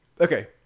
Okay